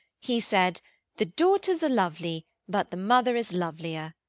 he said the daughters are lovely, but the mother is lovelier.